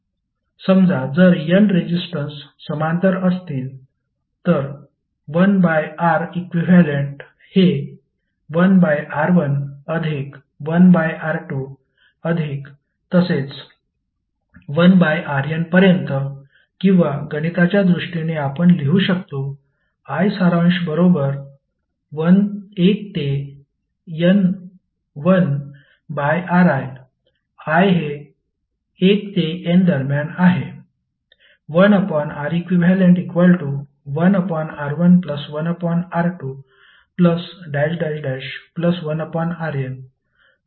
समजा जर n resistance समांतर असतील तर 1 बाय R इक्विव्हॅलेंट हे 1 बाय R1 अधिक 1 बाय R2 अधिक तसेच 1 बाय Rn पर्यंत किंवा गणिताच्या दृष्टीने आपण लिहू शकतो i सारांश बरोबर 1 ते N 1 बाय Ri i हे 1 ते N दरम्यान आहे